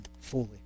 fully